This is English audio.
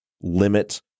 limit